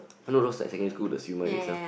not those like secondary school the siew-mai they sell